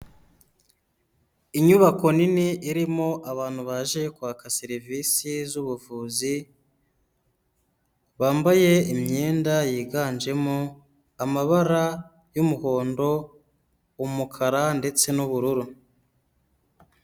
Inyubako nini irimo abantu baje kwaka serivisi z'ubuvuzi, bambaye imyenda yiganjemo amabara y'umuhondo, umukara ndetse n'ubururu.